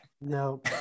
No